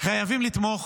חייבים לתמוך